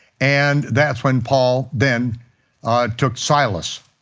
and that's when paul then took silas,